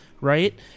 right